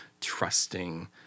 trusting